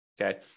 Okay